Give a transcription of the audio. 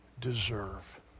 deserve